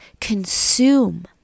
consume